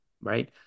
right